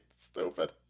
stupid